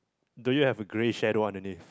do you have a grey shadow underneath